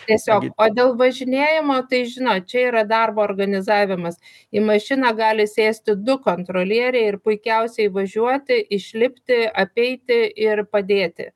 tiesiog o dėl važinėjimo tai žinot čia yra darbo organizavimas į mašiną gali sėsti du kontrolieriai ir puikiausiai važiuoti išlipti apeiti ir padėti